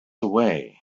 away